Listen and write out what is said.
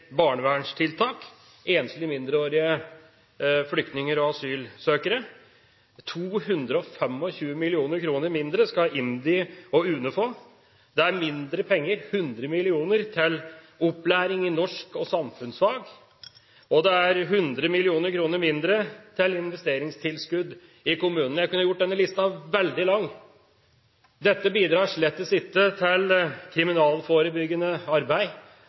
barnevernstiltak for enslige mindreårige flyktninger og asylsøkere. 225 mill. kr mindre skal IMDi og UNE få. Det er 100 mill. kr mindre til opplæring i norsk og samfunnsfag, og det er 100 mill. kr mindre til investeringstilskudd i kommunene. Jeg kunne gjort denne lista veldig lang. Dette bidrar slettes ikke til kriminalforebyggende arbeid,